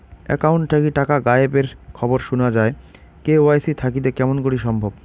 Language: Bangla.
একাউন্ট থাকি টাকা গায়েব এর খবর সুনা যায় কে.ওয়াই.সি থাকিতে কেমন করি সম্ভব?